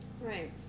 Right